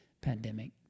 pandemic